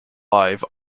live